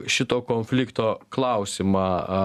šito konflikto klausimą